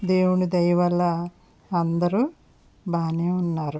దేవుని దయవల్ల అందరూ బాగానే ఉన్నారు